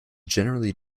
generally